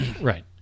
Right